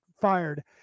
fired